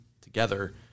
together